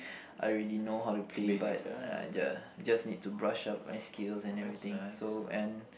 I already know how to play but I just just need to brush up my skills and everything so and